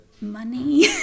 Money